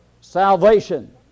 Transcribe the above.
salvation